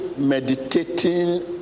meditating